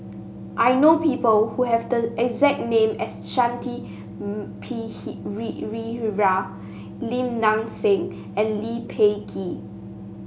I know people who have the exact name as Shanti Lim Nang Seng and Lee Peh Gee